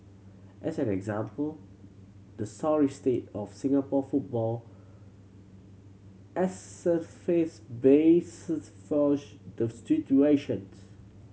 as an example the sorry state of Singapore football the situations